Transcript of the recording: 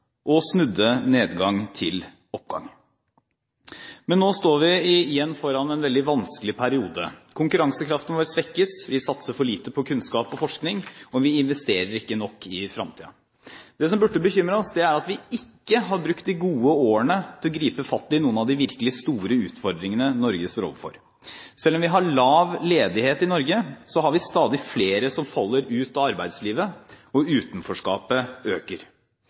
og snudde nedgang til oppgang. Nå står vi igjen foran en veldig vanskelig periode. Konkurransekraften vår svekkes, vi satser for lite på kunnskap og forskning, og vi investerer ikke nok i fremtiden. Det som burde bekymre oss, er at vi ikke har brukt de gode årene til å gripe fatt i noen av de virkelig store utfordringene Norge står overfor. Selv om vi har lav ledighet i Norge, har vi stadig flere som faller ut av arbeidslivet, og utenforskapet øker.